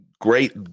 Great